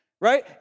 right